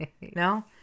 No